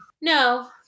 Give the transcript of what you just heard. No